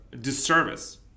disservice